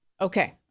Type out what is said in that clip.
Okay